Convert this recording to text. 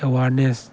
awareness